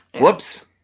whoops